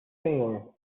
senhor